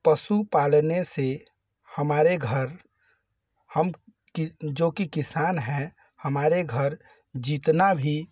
पशु पालने से हमारे घर हम कि जो कि किसान है हमारे घर जितना भी